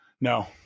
No